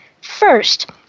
First